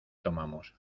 tomamos